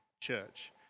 Church